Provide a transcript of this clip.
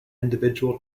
individual